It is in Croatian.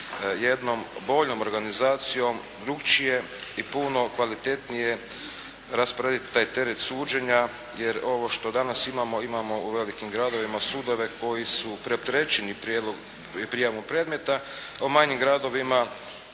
jednom boljom organizacijom drugčije i puno kvalitetnije raspraviti taj teret suđenja, jer ovo što danas imamo, imamo u velikim gradovima sudove koji su preopterećeni prijavom predmeta, a u manjim gradovima